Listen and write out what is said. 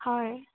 হয়